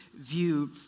view